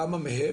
למה מהם?